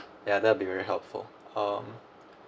yeah that will be very helpful um